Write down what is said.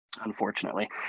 unfortunately